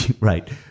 right